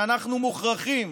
ואנחנו מוכרחים